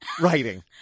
writing